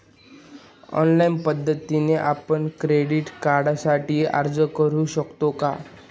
Online पद्धतीने आपण credit कार्डसाठी अर्ज करु शकतो का?